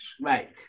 Right